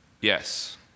Yes